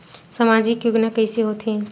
सामजिक योजना कइसे होथे?